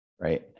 right